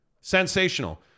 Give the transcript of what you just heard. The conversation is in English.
Sensational